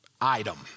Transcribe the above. item